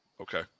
okay